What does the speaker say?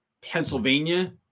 Pennsylvania